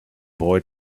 boy